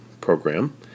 program